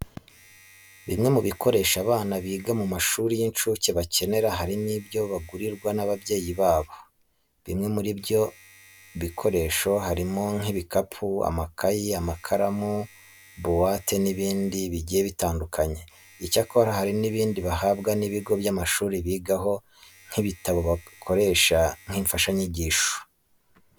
Bimwe mu bikoresho abana biga mu mashuri y'inshuke bakenera harimo ibyo bagurirwa n'ababyeyi babo. Bimwe muri ibyo bikoresho harimo nk'ibikapu, amakayi, amakaramu, buwate n'ibindi bigiye bitandukanye. Icyakora hari ibindi bahabwa n'ibigo by'amashuri bigaho nk'ibitabo bakoresha nk'imfashanyigisho.